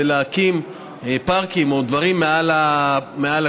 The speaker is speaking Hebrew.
איילון ולהקים פארקים או דברים מעל הכביש,